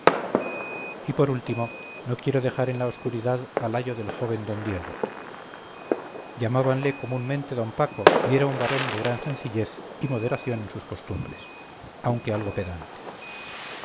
y por último no quiero dejar en la oscuridad al ayo del joven d diego llamábanle comúnmente don paco y era un varón de gran sencillez y moderación en sus costumbres aunque algo pedante